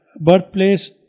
birthplace